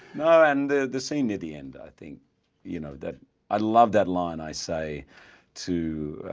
no and the the scene near the end i think you know that i love that line i say to